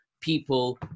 people